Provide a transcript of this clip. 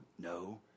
no